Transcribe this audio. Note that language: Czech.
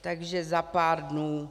Takže za pár dnů.